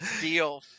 deal